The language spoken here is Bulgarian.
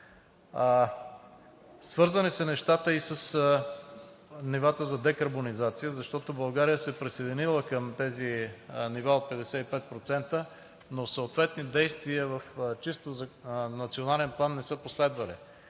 Свързани са нещата и с нивата за декарбонизация, защото България се е присъединила към тези нива от 55%, но съответни действия в национален план не са последвали.